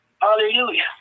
Hallelujah